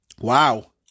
wow